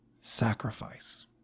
sacrifice